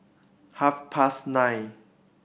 half past nine